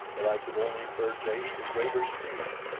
but i could only urge ace to greater speed,